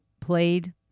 played